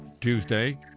Tuesday